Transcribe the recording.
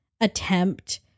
attempt